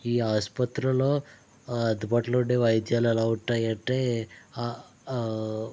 ఈ ఆస్పత్రిలో ఆ అందుబాటులో ఉండే వైద్యాలు ఎలా ఉంటాయి అంటే